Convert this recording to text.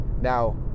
Now